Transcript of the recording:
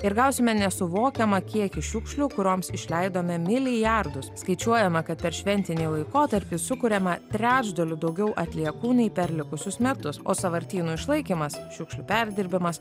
ir gausime nesuvokiamą kiekį šiukšlių kurioms išleidome milijardus skaičiuojama kad per šventinį laikotarpį sukuriama trečdaliu daugiau atliekų nei per likusius metus o sąvartynų išlaikymas šiukšlių perdirbimas